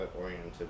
oriented